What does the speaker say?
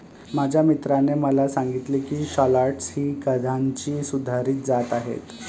माझ्या मित्राने मला सांगितले की शालॉट्स ही कांद्याची सुधारित जात आहे